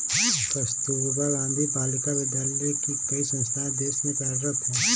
कस्तूरबा गाँधी बालिका विद्यालय की कई संस्थाएं देश में कार्यरत हैं